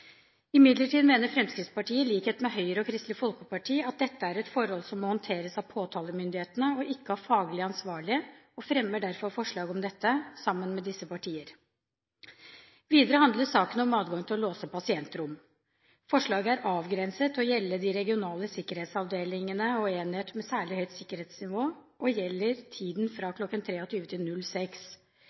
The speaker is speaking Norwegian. Imidlertid mener Fremskrittspartiet, i likhet med Høyre og Kristelig Folkeparti, at dette er et forhold som må håndteres av påtalemyndighetene, ikke av faglig ansvarlig, og fremmer derfor forslag om dette sammen med disse partier. Videre handler saken om adgang til å låse pasientrom. Forslaget er avgrenset til å gjelde de regionale sikkerhetsavdelingene og enhet med særlig høyt sikkerhetsnivå, og gjelder tiden fra kl. 23 til